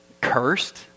cursed